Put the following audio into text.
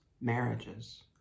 marriages